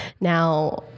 Now